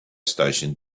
station